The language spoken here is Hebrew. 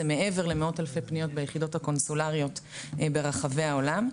זה מעבר למאות אלפי פניות ביחידות הקונסולריות ברחבי העולם.